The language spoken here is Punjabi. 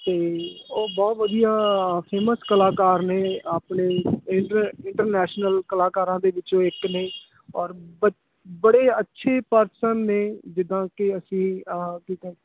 ਅਤੇ ਉਹ ਬਹੁਤ ਵਧੀਆ ਫੇਮਸ ਕਲਾਕਾਰ ਨੇ ਆਪਣੇ ਇੰਟ ਇੰਟਰਨੈਸ਼ਨਲ ਕਲਾਕਾਰਾਂ ਦੇ ਵਿੱਚੋਂ ਇੱਕ ਨੇ ਔਰ ਬ ਬੜੇ ਅੱਛੇ ਪਰਸਨ ਨੇ ਜਿੱਦਾਂ ਕਿ ਅਸੀਂ ਕਿਤੇ